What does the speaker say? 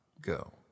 go